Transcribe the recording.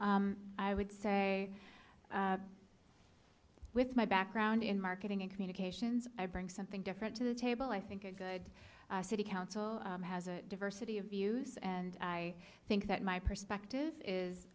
question i would say with my background in marketing and communications i bring something different to the table i think a good city council has a diversity of views and i think that my perspective is